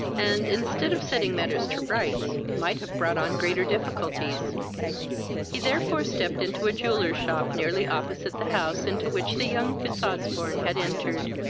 and, instead of setting matters to rights, might have brought on greater difficulties he therefore stepped into a jeweller's shop nearly opposite the house into which the young fitzosbourne had entered,